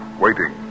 waiting